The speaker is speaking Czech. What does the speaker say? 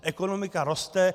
Ekonomika roste.